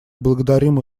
благодарим